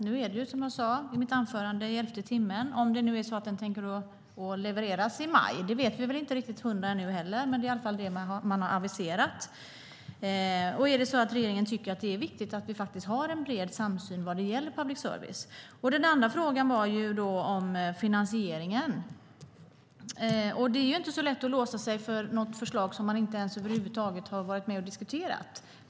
Nu är det, som jag sade i mitt anförande, i elfte timmen om det nu är så att propositionen ska levereras i maj. Det vet vi väl inte riktigt till hundra procent nu heller, men det är det man har aviserat. Är det så att regeringen tycker att det är viktigt att vi har en bred samsyn när det gäller public service? Den andra frågan var om finansieringen. Det är inte så lätt att låsa sig för något förslag som man inte ens har varit med och diskuterat.